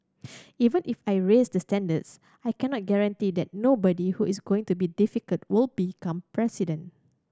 even if I raise the standards I cannot guarantee that nobody who is going to be difficult will become president